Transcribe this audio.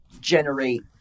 generate